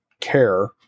care